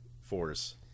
force